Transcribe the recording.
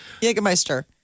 Jägermeister